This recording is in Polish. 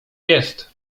jest